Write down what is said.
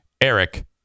Eric